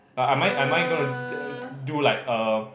err am I am I gonna do like err